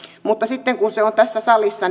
mutta sitten kun se on tässä salissa